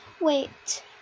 Wait